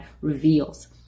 reveals